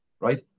Right